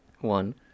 One